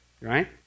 Right